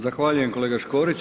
Zahvaljujem kolega Škorić.